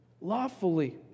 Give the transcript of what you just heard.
lawfully